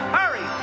hurry